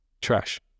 Trash